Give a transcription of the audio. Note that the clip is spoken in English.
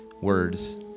words